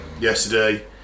yesterday